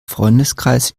freundeskreis